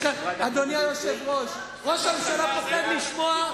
אדוני היושב-ראש, ראש הממשלה פוחד לשמוע.